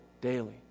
daily